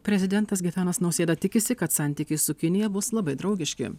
prezidentas gitanas nausėda tikisi kad santykiai su kinija bus labai draugiški